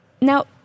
Now